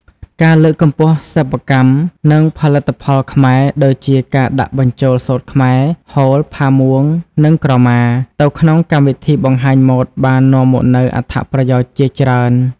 ការលើកកម្ពស់សិប្បកម្ម និងផលិតផលខ្មែរ ដូចជាការដាក់បញ្ចូលសូត្រខ្មែរ ហូល ផាមួង និងក្រមា ទៅក្នុងកម្មវិធីបង្ហាញម៉ូដបាននាំមកនូវអត្ថប្រយោជន៍ជាច្រើន។